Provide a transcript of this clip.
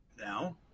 now